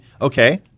Okay